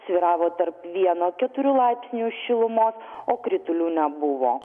svyravo tarp vieno keturių laipsnių šilumos o kritulių nebuvo